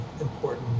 important